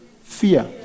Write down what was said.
Fear